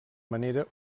manera